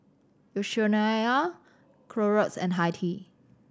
Yoshinoya Clorox and Hi Tea